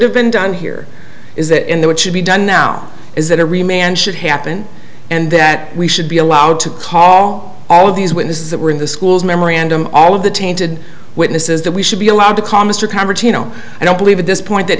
have been done here is that and that should be done now is that every man should happen and that we should be allowed to call all of these witnesses that were in the schools memorandum all of the tainted witnesses that we should be allowed to commas to convertino i don't believe at this point that